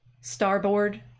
Starboard